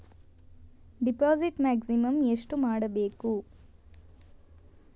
Deposit maximum ಎಷ್ಟು ಮಾಡಬೇಕು?